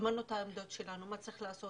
אמרנו את העמדות שלנו מה צריך לעשות.